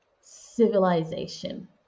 Civilization